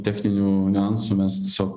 techninių niuansų mes tiesiog